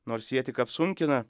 nors jie tik apsunkina